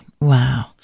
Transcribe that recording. Wow